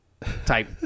type